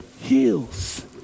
heals